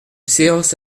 séance